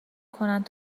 کنند